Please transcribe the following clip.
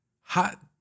hot